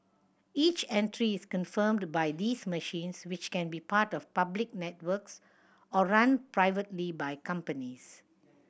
each entry is confirmed by these machines which can be part of public networks or run privately by companies